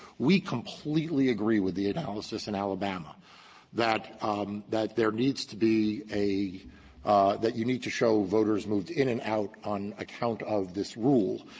we completely agree with the analysis in alabama that that there needs to be a that you need to show voters moved in and out on account of this rule.